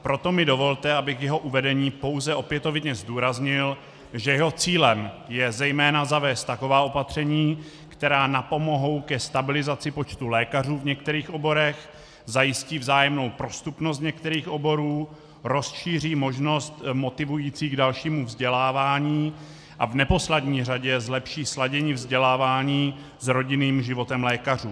Proto mi dovolte, abych při jeho uvedení pouze opětovně zdůraznil, že jeho cílem je zejména zavést taková opatření, která napomohou ke stabilizaci počtu lékařů v některých oborech, zajistí vzájemnou prostupnost některých oborů, rozšíří možnost motivující k dalšímu vzdělávání a v neposlední řadě zlepší sladění vzdělávání s rodinným životem lékařů.